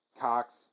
Cox